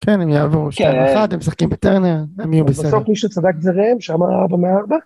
כן הם יעבור שאלה אחת הם שחקים בטרנר הם יהיו בסדר בסוף מי שצדק את זה ראם שם ארבע מארבע